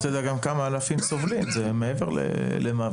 וגם כמה אלפים שסובלים, זה מעבר למוות.